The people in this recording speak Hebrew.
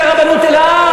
תכף את עונה לו.